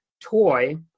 toy